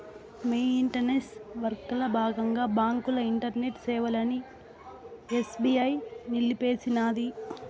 maintenance వర్కల బాగంగా బాంకుల ఇంటర్నెట్ సేవలని ఎస్బీఐ నిలిపేసినాది